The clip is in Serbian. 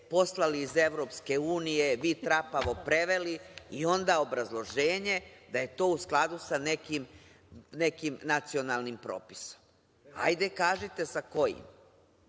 poslali iz EU, vi trapavo preveli i onda obrazloženje da je to u skladu sa nekim nacionalnim propisom. Hajde kažite sa kojim?